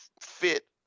fit